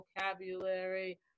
vocabulary